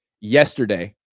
yesterday